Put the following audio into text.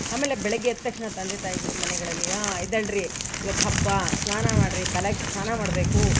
ಆಮೇಲೆ ಬೆಳಗ್ಗೆ ಎದ್ದ ತಕ್ಷಣ ತಂದೆ ತಾಯಿಗಳು ಮನೆಗಳಲ್ಲಿ ಎದ್ದೇಳಿರೀ ಇವತ್ತು ಹಬ್ಬ ಸ್ನಾನ ಮಾಡಿರಿ ತಲೇಗೆ ಸ್ನಾನ ಮಾಡಬೇಕು